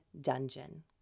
dungeon